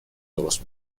درست